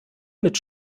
mit